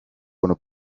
wanna